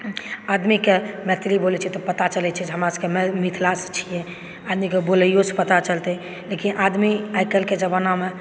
आदमीके मैथिली बोलै छै तऽ पता चलै छै जे हमरा सभकेँ मिथिला से छियै आदमीके बोलइयो से पता चलतै लेकिन आदमी आइकाल्हिके जमानामे